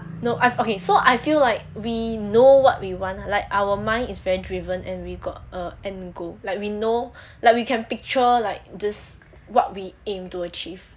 no I've okay so I feel like we know what we want like our mind is very driven and we've got a end goal like we know like we can picture like this what we aim to achieve